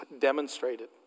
demonstrated